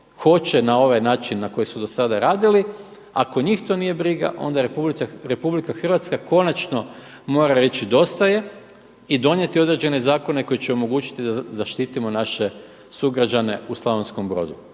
hoće na ovaj način na koji su do sada radili. Ako njih to nije briga onda Republika Hrvatska konačno mora reći dosta je i donijeti određene zakone koji će omogućiti da zaštitimo naše sugrađane u Slavonskom Brodu.